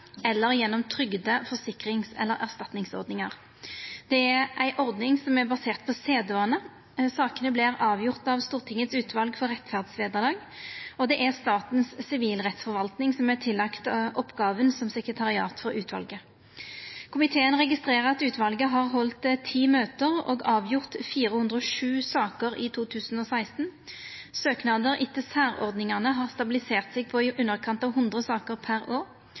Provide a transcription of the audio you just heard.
eller gjennom trygde-, forsikrings- eller erstatningsordningar. Det er ei ordning som er basert på sedvane. Sakene vert avgjorde av Stortingets utval for rettferdsvederlag, og det er Statens sivilrettsforvaltning som har fått oppgåva som sekretariat for utvalet. Komiteen registrerer at utvalet har halde ti møte og avgjort 407 saker i 2016. Søknader etter særordningane har stabilisert seg på i underkant av 100 saker per år.